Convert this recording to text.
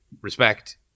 respect